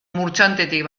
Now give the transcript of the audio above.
murchantetik